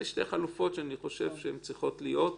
אלה שתי חלופות שאני חושב שצריכות להיות,